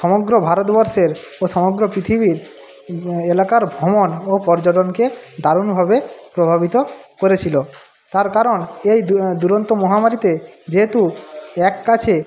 সমগ্র ভারতবর্ষের ও সমগ্র পৃথিবীর এলাকার ভ্রমণ ও পর্যটনকে দারুণভাবে প্রভাবিত করেছিল তার কারণ এই দুরন্ত মহামারীতে যেহেতু এক কাছে